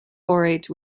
laureate